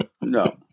No